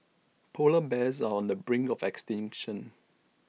Polar Bears are on the brink of extinction